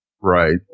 Right